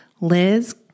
Liz